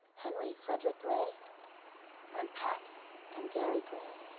henry frederick-gray and pat and gary gray